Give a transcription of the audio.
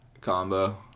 combo